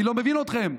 אני לא מבין אתכם.